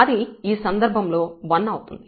అది ఈ సందర్భంలో 1 అవుతుంది